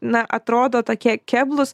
na atrodo tokie keblūs